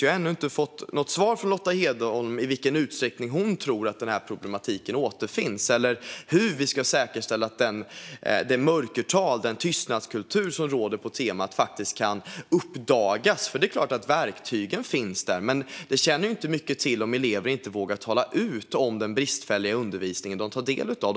Jag har ännu inte fått något svar från Lotta Edholm i vilken utsträckning hon tror att den här problematiken förekommer eller hur vi ska säkerställa att det mörkertal och den tystnadskultur som råder på temat kan uppdagas. Det är klart att verktygen finns där, men de tjänar inte mycket till om elever inte vågar tala ut om den bristfälliga undervisning de tar del av.